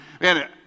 Man